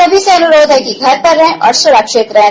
सभी से अनुरोध है कि घर पर रहें और सुरक्षित रहें